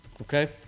okay